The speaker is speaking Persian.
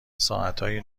ساعتای